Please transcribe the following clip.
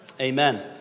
Amen